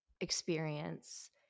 experience